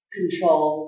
control